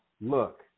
look